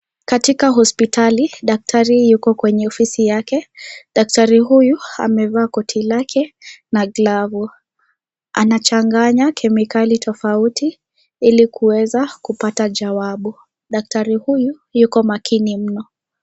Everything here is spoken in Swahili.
Katika hospitali daktari yuko kwenye ofisi yake, daktari huyu amevaa koti lake na glavu anachanganya kemikali tofauti ili kuweza kupata jawabu, daktari huyu yuko makini mno.